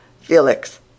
Felix